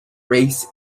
race